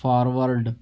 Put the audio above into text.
forward